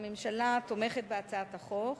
הממשלה תומכת בהצעת החוק,